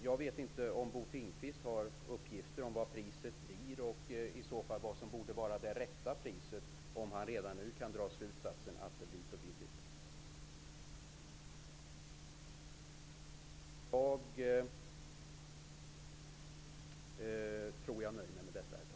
Jag vet inte om Bo Finnkvist har uppgifter om vad priset blir eller vilket pris som borde vara det rätta, eftersom han redan nu kan dra slutsatsen att det blir för billigt.